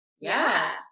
Yes